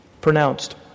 pronounced